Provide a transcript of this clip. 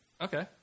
Okay